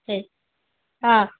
சரி ஆ